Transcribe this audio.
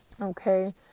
okay